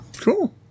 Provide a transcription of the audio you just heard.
Cool